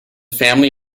family